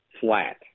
flat